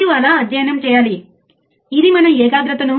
కాబట్టి అవుట్పుట్ వద్ద మీరు ఏమి ఆశిస్తారు